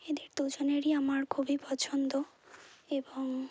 এদের দুজনেরই আমার খুবই পছন্দ এবং